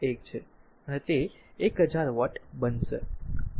1 છે છેવટે તે 1000 વોટ બનશે બરાબર